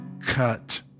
cut